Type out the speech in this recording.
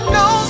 no